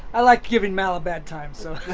i like giving mal a bad time, so.